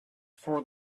for